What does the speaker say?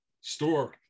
store